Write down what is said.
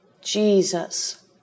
Jesus